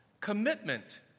commitment